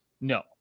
no